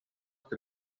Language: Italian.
che